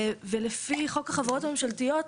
ולפי חוק החברות הממשלתיות,